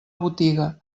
botiga